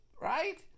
right